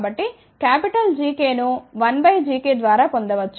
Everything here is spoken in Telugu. కాబట్టి క్యాపిటల్ Gk ను1 gkద్వారా పొందవచ్చ